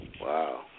Wow